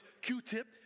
Q-tip